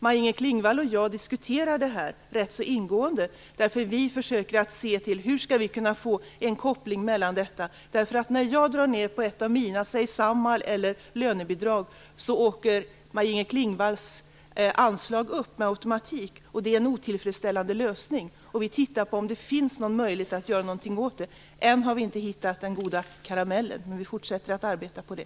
Maj-Inger Klingvall och jag diskuterar detta ganska ingående. Vi diskuterar hur vi skall få en koppling. När jag drar ned på exempelvis Samhall eller lönebidrag åker Maj-Inger Klingvalls anslag upp med automatik. Det är en otillfredsställande lösning. Vi undersöker om det finns någon möjlighet att göra något åt det. Än har vi inte hittat den goda karamellen. Vi fortsätter att arbeta på det.